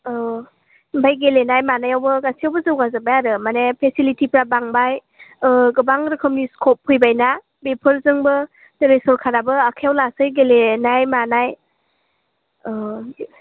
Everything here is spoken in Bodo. ओमफ्राय गेलेनाय मानायावबो गासैयावबो जौगाजोबनाय आरो माने फेसिलिटिफ्रा बांबाय गोबां रोखोमनि स्कप फैबाय ना बेफोरजोंबो दिनै सरखाराबो आखाइआव लासै गेलेनाय मानाय